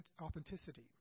authenticity